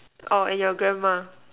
orh and your grandma